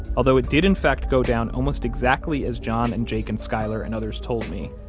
although it did, in fact, go down almost exactly as john and jake and skyler and others told me,